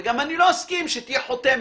וגם אני לא אסכים שתהיה חותמת.